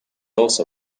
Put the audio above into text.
also